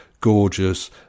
gorgeous